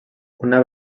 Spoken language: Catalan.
una